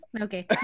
Okay